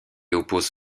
oppose